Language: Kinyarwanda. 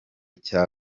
cya